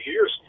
years